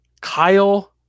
Kyle